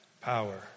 power